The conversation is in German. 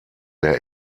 der